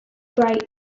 bright